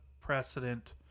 precedent